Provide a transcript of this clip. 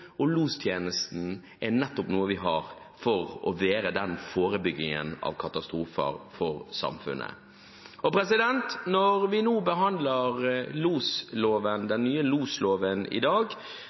og lostjenesten er nettopp noe vi har for å ha den forebyggingen av katastrofer for samfunnet. Når vi behandler den nye losloven i dag,